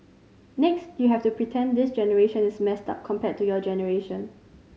next you have to pretend this generation is messed up compared to your generation